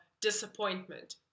disappointment